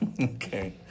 Okay